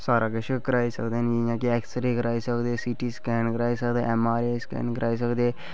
सारा किश कराई सकदे न जि'यां कि ऐक्स रे कराई सकदे सिटी स्कैन कराई सकदे एम आर आई स्कैन कराई सकदे